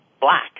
black